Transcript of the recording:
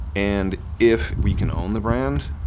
and if we can own the brand,